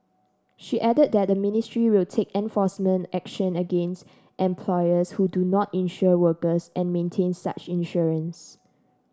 she added that the ministry will take enforcement action against employers who do not insure workers and maintain such insurance